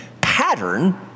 pattern